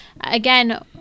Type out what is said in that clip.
Again